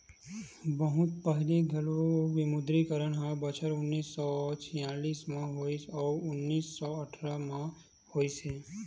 बहुत पहिली घलोक विमुद्रीकरन ह बछर उन्नीस सौ छियालिस म होइस अउ उन्नीस सौ अठत्तर म होइस हे